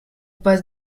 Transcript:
passe